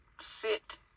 sit